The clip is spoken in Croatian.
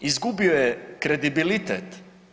Izgubio je kredibilitet.